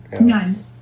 None